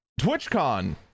TwitchCon